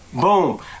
boom